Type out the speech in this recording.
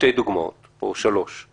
שתיים או שלוש דוגמאות.